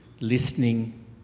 listening